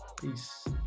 peace